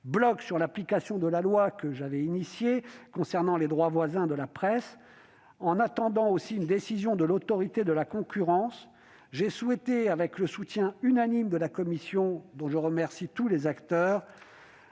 sur l'application de la loi que j'ai initiée concernant les droits voisins de la presse, et dans l'attente également d'une décision de l'Autorité de la concurrence, j'ai souhaité, avec le soutien unanime de la commission, dont je remercie tous les acteurs,